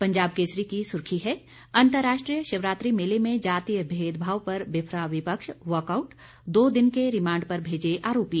पंजाब केसरी की सुर्खी है अंतर्राष्ट्रीय शिवरात्रि मेले में जातीय भेदभाव पर बिफरा विपक्ष वॉकआउट दो दिन के रिमांड पर भेजे आरोपी